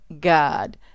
god